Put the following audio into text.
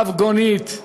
רב-גונית,